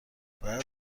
باید